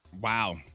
Wow